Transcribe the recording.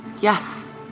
Yes